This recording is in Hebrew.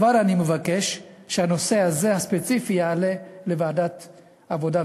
אני מבקש שהנושא הספציפי הזה יעלה לוועדת העבודה,